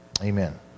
Amen